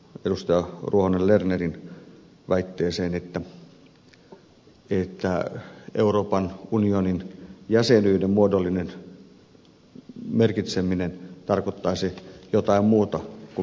ruohonen lernerin väitteeseen että euroopan unionin jäsenyyden muodollinen merkitseminen tarkoittaisi jotain muuta kuin mitä se tarkoittaa